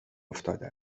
افتاده